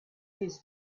his